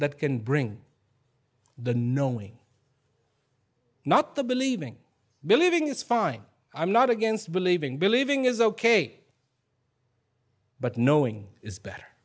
that can bring the knowing not the believing believing is fine i'm not against believing believing is ok but knowing is better